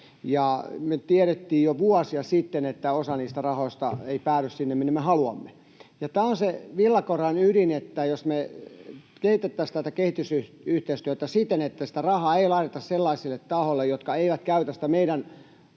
me tiedettiin jo vuosia sitten, että osa niistä rahoista ei päädy sinne, minne me haluamme. Tämä on se villakoiran ydin, että me kehitettäisiin tätä kehitysyhteistyötä siten, että sitä rahaa ei laiteta sellaisille tahoille, jotka eivät käytä sitä meidän